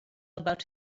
about